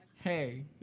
hey